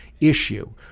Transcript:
issue